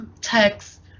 text